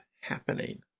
happening